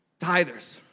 Tithers